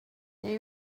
they